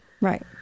Right